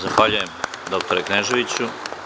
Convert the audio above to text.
Zahvaljujem doktore Kneževiću.